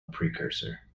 precursor